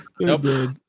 Nope